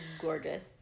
gorgeous